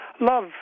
love